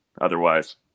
Otherwise